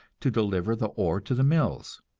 to deliver the ore to the mills.